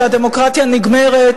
שהדמוקרטיה נגמרת